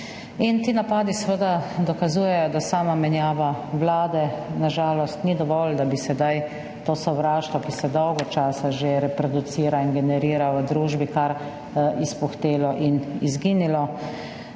In ti napadi seveda dokazujejo, da sama menjava vlade, na žalost ni dovolj, da bi sedaj to sovraštvo, ki se dolgo časa že reproducira in generira v družbi, kar izpuhtelo in izginilo.